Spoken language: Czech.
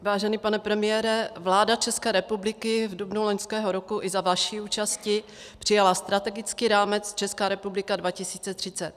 Vážený pane premiére, vláda České republiky v dubnu loňského roku i za vaší účasti přijala strategický rámec Česká republika 2030.